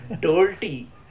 dirty